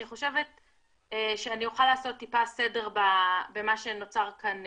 אני חושבת שאני אוכל לעשות איתה סדר במה שנותר כאן,